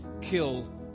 kill